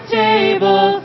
table